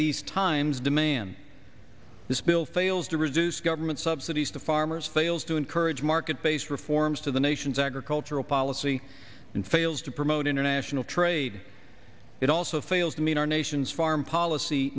these times demand this bill fails to reduce government subsidies to farmers fails to encourage market based reforms to the nation's agricultural policy and fails to promote international trade it also fails to meet our nation's foreign policy